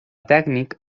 tècnic